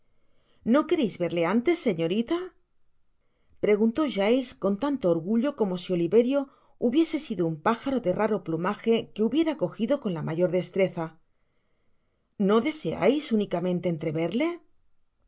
no queréis verle antes señorita preguntó giles con tan to orgullo como si oliverio hubiese sido un pájaro de raro plumaje que hubiera cojido con la mayor destreza no deseais únicamente